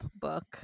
book